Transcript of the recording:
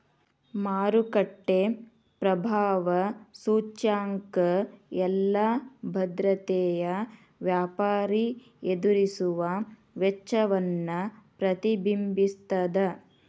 ಮಾರುಕಟ್ಟೆ ಪ್ರಭಾವ ಸೂಚ್ಯಂಕ ಎಲ್ಲಾ ಭದ್ರತೆಯ ವ್ಯಾಪಾರಿ ಎದುರಿಸುವ ವೆಚ್ಚವನ್ನ ಪ್ರತಿಬಿಂಬಿಸ್ತದ